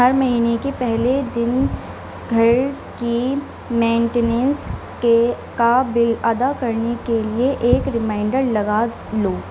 ہر مہینے کے پہلے دن گھر کی مینٹیننس کے کا بل ادا کرنے کے لیے ایک ریمائینڈر لگا لو